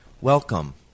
Welcome